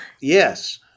Yes